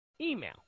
email